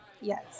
yes